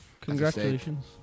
Congratulations